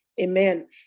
amen